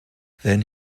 then